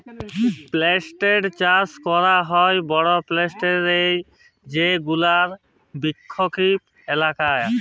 plantation চাস ক্যরেক হ্যয় বড় প্লানটেশল এ যেগুলা বৃক্ষরপিত এলাকা